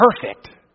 perfect